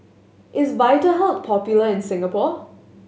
is Vitahealth popular in Singapore